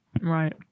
Right